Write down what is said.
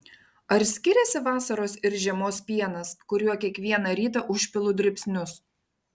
ar skiriasi vasaros ir žiemos pienas kuriuo kiekvieną rytą užpilu dribsnius